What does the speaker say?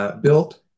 built